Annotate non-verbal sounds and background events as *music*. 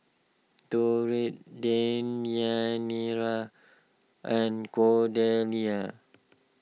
*unintelligible* Deyanira and Cordelia